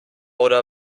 oder